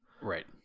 Right